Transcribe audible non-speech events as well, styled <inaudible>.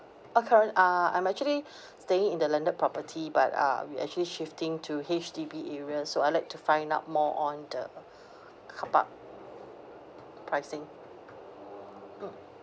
uh cur~ ah I'm actually <breath> staying in the landed property but ah we're actually shifting to H_D_B area so I'd like to find out more on the <breath> car park pricing mm